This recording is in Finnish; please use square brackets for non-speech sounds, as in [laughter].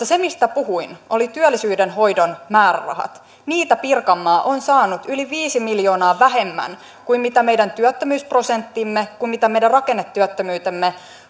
[unintelligible] se mistä puhuin oli työllisyyden hoidon määrärahat niitä pirkanmaa on saanut yli viisi miljoonaa vähemmän kuin mitä meidän työttömyysprosenttimme ja meidän rakennetyöttömyytemme